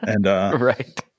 Right